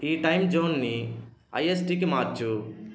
ఈ టైమ్ జోన్ని ఐఎస్టికి మార్చు